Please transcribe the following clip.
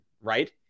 right